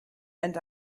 and